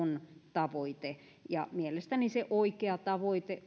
tavoite mielestäni se oikea tavoite